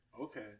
Okay